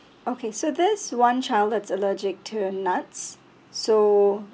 okay so this one child is allergic to nuts so